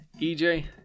ej